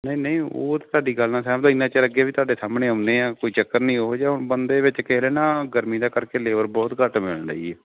ਨਹੀਂ ਨਹੀਂ ਉਹ ਤਾਂ ਤੁਹਾਡੀ ਗੱਲ ਨਾਲ ਸਹਿਮਤ ਹਾਂ ਇੰਨਾ ਚਿਰ ਅੱਗੇ ਵੀ ਤੁਹਾਡੇ ਸਾਹਮਣੇ ਆਉਂਦੇ ਹਾਂ ਕੋਈ ਚੱਕਰ ਨਹੀਂ ਉਹੋ ਜਿਹਾ ਹੁਣ ਬੰਦੇ ਵਿੱਚ ਕਹਿ ਰਹੇ ਨਾ ਗਰਮੀ ਦਾ ਕਰਕੇ ਲੇਬਰ ਬਹੁਤ ਘੱਟ ਮਿਲਣ ਡਈ ਹੈ